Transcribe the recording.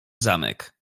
zamek